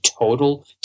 total